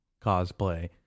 cosplay